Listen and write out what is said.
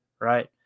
right